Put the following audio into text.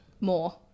More